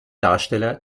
darsteller